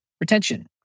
retention